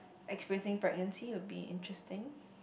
experiencing pregnancy will be interesting